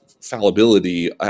fallibility